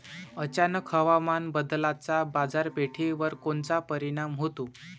अचानक हवामान बदलाचा बाजारपेठेवर कोनचा परिणाम होतो?